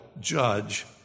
judge